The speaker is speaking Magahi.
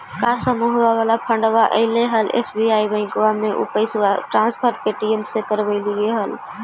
का समुहवा वाला फंडवा ऐले हल एस.बी.आई बैंकवा मे ऊ पैसवा ट्रांसफर पे.टी.एम से करवैलीऐ हल?